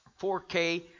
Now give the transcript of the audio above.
4K